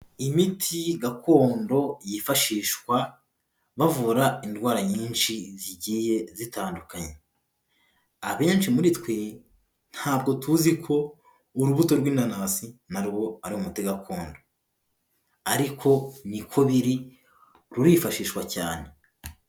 Imiti gakondo yifashishwa bavura indwara nyinshi zigiye zitandukanye, abenshi muri twe ntabwo tuzi ko urubuto rw'inanasi narwo ari umuti gakondo ariko niko biri rurifashishwa cyane.